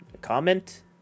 comment